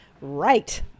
Right